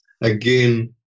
Again